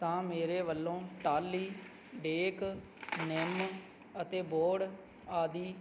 ਤਾਂ ਮੇਰੇ ਵੱਲੋਂ ਟਾਹਲੀ ਡੇਕ ਨਿੰਮ ਅਤੇ ਬੋਹੜ ਆਦਿ